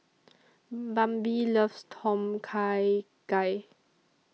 Bambi loves Tom Kha Gai